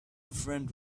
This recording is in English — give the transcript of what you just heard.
friend